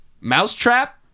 Mousetrap